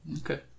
Okay